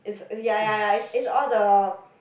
it's it's ya ya ya it's it's all the